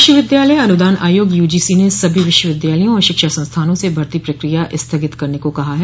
विश्वविद्यालय अनुदान आयोग यूजीसी ने सभी विश्वविद्यालयों और शिक्षा संस्थानों से भर्ती प्रक्रिया स्थगित रखने को कहा है